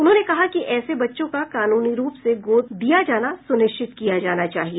उन्होंने कहा कि ऐसे बच्चों का कानूनी रूप से गोद दिया जाना सुनिश्चित किया जाना चाहिए